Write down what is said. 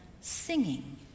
singing